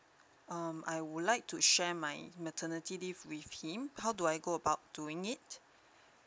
um I would like to share my maternity leave with him how do I go about doing it